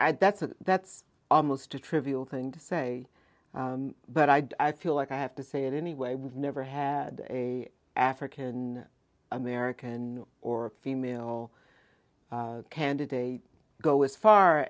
i'd that's a that's almost a trivial thing to say but i feel like i have to say in any way we've never had a african american or female candidate go as far